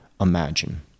imagine